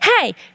hey